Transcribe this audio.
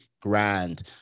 grand